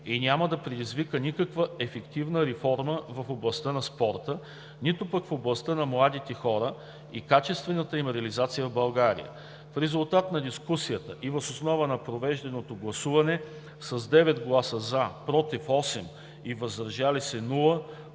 и няма да предизвика никаква ефективна реформа в областта на спорта, нито пък в областта на младите хора и качествената им реализация в България. В резултат на дискусията и въз основа на проведеното гласуване: с 9 гласа „за“, 8 гласа